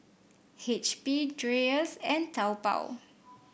H P Dreyers and Taobao